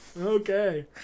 Okay